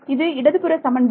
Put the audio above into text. இது இடதுபுற சமன்பாடு